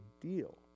deal